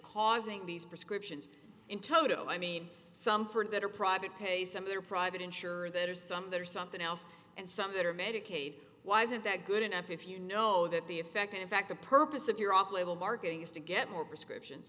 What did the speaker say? causing these prescriptions in total i mean some for that are private pay some of their private insurer that or some that or something else and some that are medicaid why isn't that good enough if you know that the effect in fact the purpose of your off label marketing is to get more prescriptions